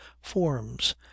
forms